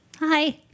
Hi